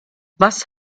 was